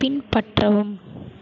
பின்பற்றவும்